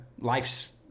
Life's